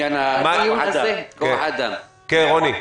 כן, רוני,